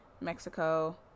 Mexico